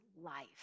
life